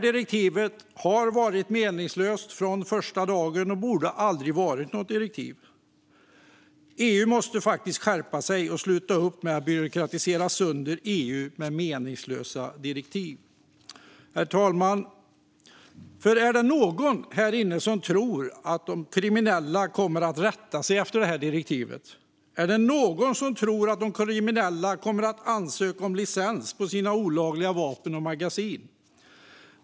Direktivet har varit meningslöst från första dagen och borde aldrig ha blivit något direktiv. EU måste faktiskt skärpa sig och sluta upp med att byråkratisera sönder sig självt med meningslösa direktiv. Herr talman! Är det någon här inne som tror att de kriminella kommer att rätta sig efter detta direktiv? Är det någon som tror att de kriminella nu kommer att ansöka om licens för sina olagliga vapen och magasin?